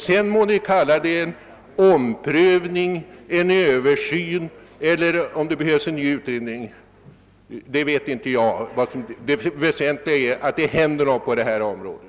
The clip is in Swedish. Det må sedan bli en omprövning, en översyn eller en ny utredning. Det väsentliga är att det händer någonting på det här området.